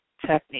technique